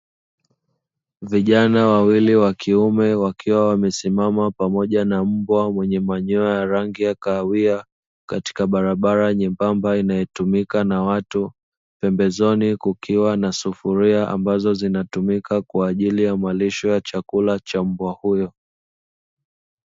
Vijana wawili wa kiume wakiwa wamesimama pamoja na mbwa mwenye manyoya ya rangi ya kahawia katika barabara nyembamba inayotumika na watu, pembezoni kukiwa na sufuria ambazo zinatumika kwa ajili ya malisho ya chakula cha mbwa huyo.